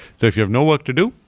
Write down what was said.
so if you have no work to do,